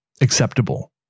acceptable